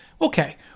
Okay